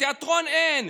תיאטרון אין,